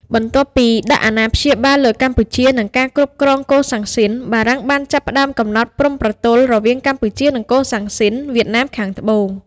បន្ទាប់ពីការដាក់អាណាព្យាបាលលើកម្ពុជា និងការគ្រប់គ្រងកូសាំងស៊ីន បារាំងបានចាប់ផ្តើមកំណត់ព្រំប្រទល់រវាងកម្ពុជា និងកូសាំងស៊ីន វៀតណាមខាងត្បូង។